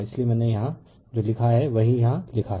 इसलिए मैंने यहाँ जो लिखा है वही यहाँ लिखा है